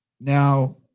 Now